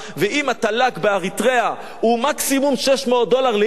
ואם התל"ג באריתריאה הוא מקסימום 600 דולר לאיש,